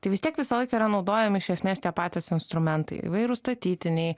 tai vis tiek visą laiką yra naudojami iš esmės tie patys instrumentai įvairūs statytiniai